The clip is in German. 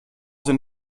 sind